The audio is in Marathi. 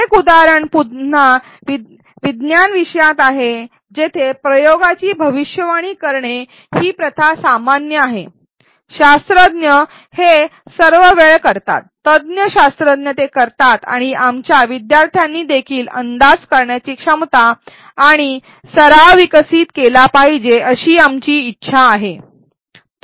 एक उदाहरण पुन्हा विज्ञान विषयात आहे जेथे प्रयोगाची भविष्यवाणी करणे ही प्रथा सामान्य आहे शास्त्रज्ञ हे सर्व वेळ करतात तज्ञ शास्त्रज्ञ ते करतात आणि आमच्या विद्यार्थ्यांनीदेखील अंदाज करण्याची क्षमता आणि सराव विकसित केला पाहिजे अशी आमची इच्छा आहे